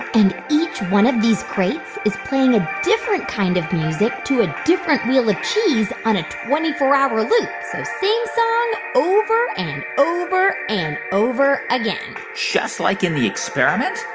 and each one of these crates is playing a different kind of music to a different wheel of cheese on a twenty four hour loop so same song over and over and over again just like in the experiment?